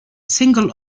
single